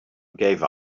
gave